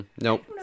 nope